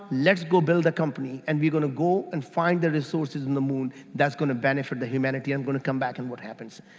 let's go build a company and we're gonna go and find the resources on the moon that's gonna benefit the humanity and gonna come back and what happens.